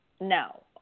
No